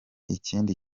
ikindi